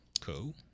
cool